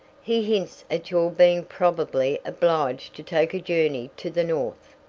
he hints at your being probably obliged to take a journey to the north,